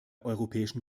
europäischen